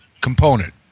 component